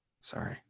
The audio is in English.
Sorry